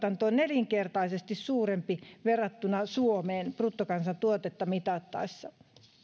on nelinkertainen verrattuna suomeen bruttokansantuotetta mitattaessa